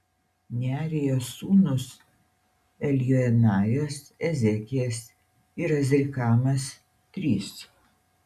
nearijos sūnūs eljoenajas ezekijas ir azrikamas trys